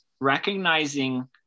recognizing